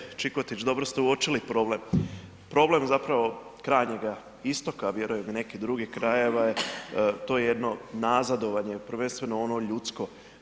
Kolegice Čikotić dobro ste uočili problem, problem zapravo krajnjega istoka, a vjerujem i nekih drugih krajeva je, to je jedno nazadovanje, prvenstveno ono ljudsko.